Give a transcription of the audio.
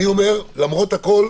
אני אומר, למרות הכול,